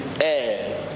air